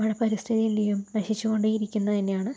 നമ്മടെ പരിസ്ഥിതി എന്തെയ്യും നശിച്ചു കൊണ്ടേ ഇരിക്കുന്നു തന്നെയാണ്